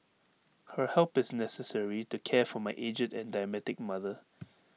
her help is necessary to care for my aged and diabetic mother